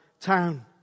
town